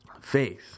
faith